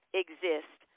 exist